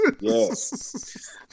Yes